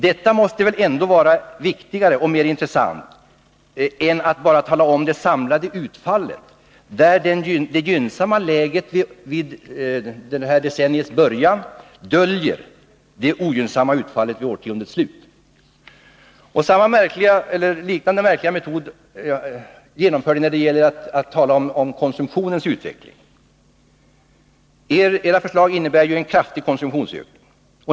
Detta måste väl ändå vara viktigare och mer intressant än att bara tala om det samlade utfallet, där det gynnsamma läget vid decenniets början döljer det ogynnsamma utfallet vid årtiondets slut. En liknande märklig metod använder ni när ni talar om konsumtionens utveckling. Era förslag innebär ju en kraftig konsumtionsökning.